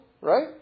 right